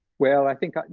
well i think,